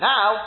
Now